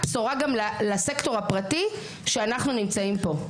בשורה גם לסקטור הפרטי שאנחנו נמצאים פה.